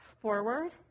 forward